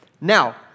Now